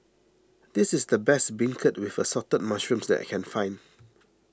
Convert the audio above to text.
this is the best Beancurd with Assorted Mushrooms that I can find